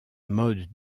mode